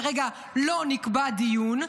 כרגע לא נקבע דיון,